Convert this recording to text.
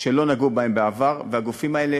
שלא נגעו בהן בעבר, והגופים האלה